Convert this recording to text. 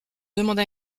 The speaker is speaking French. demande